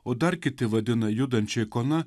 o dar kiti vadina judančia ikona